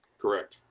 correct.